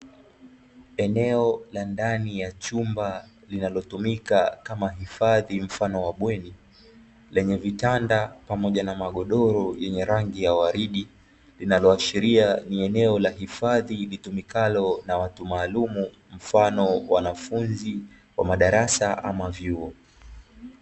Eneo la ndani ya chumba linalotumika kama hifadhi mfano wa bweni, lenye vitanda pamoja na magodoro yenye rangi ya uaridi, linaloashiria ni eneo la hifadhi litumikalo na watu maalumu mfano wanafunzi wa madarasa ama vyuo.